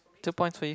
two points for you